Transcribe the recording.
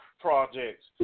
projects